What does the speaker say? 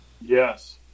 Yes